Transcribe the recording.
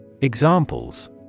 Examples